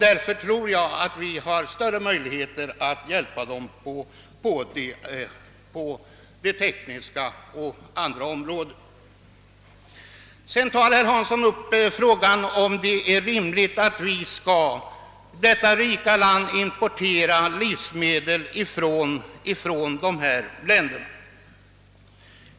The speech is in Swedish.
Därför tror jag att vi har större möjligheter att lämna hjälp på t.ex. det tekniska området. Herr Hansson i Skegrie tog sedan upp frågan, om det är rimligt att vi i detta rika land skall importera livsmedel från u-länderna.